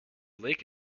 lake